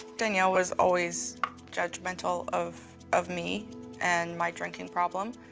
danielle was always judgmental of of me and my drinking problem.